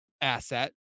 asset